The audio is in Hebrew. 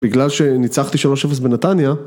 בגלל שניצחתי 3-0 בנתניה